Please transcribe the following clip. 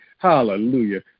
Hallelujah